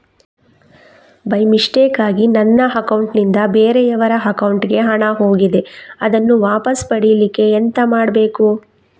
By ಮಿಸ್ಟೇಕಾಗಿ ನನ್ನ account ನಿಂದ ಬೇರೆಯವರ ಅಕೌಂಟ್ ಗೆ ಹಣ ಹೋಗಿದೆ ಅದನ್ನು ವಾಪಸ್ ಪಡಿಲಿಕ್ಕೆ ಎಂತ ಮಾಡಬೇಕು?